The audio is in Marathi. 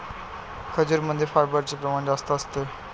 खजूरमध्ये फायबरचे प्रमाण जास्त असते